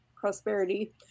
prosperity